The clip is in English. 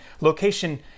location